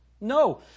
No